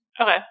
Okay